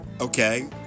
Okay